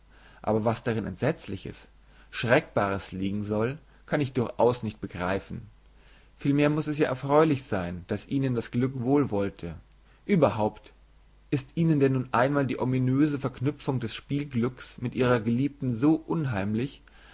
aber was darin entsetzliches schreckbares liegen soll kann ich durchaus nicht begreifen vielmehr muß es ja erfreulich sein daß ihnen das glück wohlwollte überhaupt ist ihnen denn nun einmal die ominöse verknüpfung des spielglücks mit ihrer geliebten so unheimlich